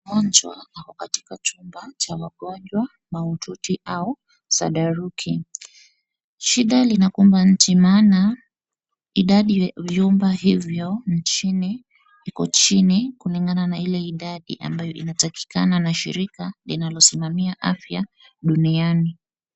Mgonjwa ako katika chumba cha wagonjwa mahututi au sandaruki. Shida linakumba nchi maana idadi ya vyumba hivyo nchini iko chini kulingana na ile idadi ambayo inatakikana na shirika linalosimamia afya duniani.